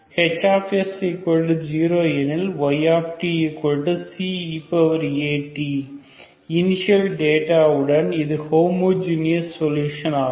hs0 எனில் ytceAt initial data உடன் இது ஹோமோஜீனியஸ் சொலுஷன் ஆகும்